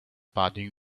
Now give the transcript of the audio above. paddy